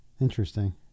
Interesting